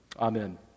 Amen